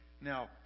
Now